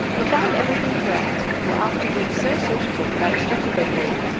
they found everything correct, and were afterwards so sociable that i expected they would,